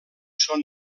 són